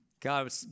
God